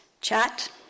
chat